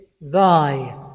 thy